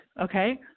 Okay